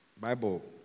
Bible